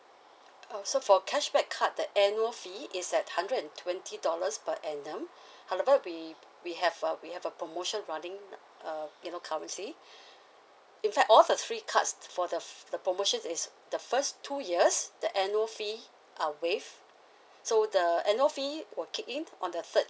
oh so for cashback card the annual fee is at hundred and twenty dollars per annum however we we have a we have a promotion running uh you know currently in fact all the three cards for the the promotion is the first two years the annual fee are waive so the annual fee will kick in on the third